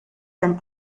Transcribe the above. from